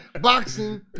boxing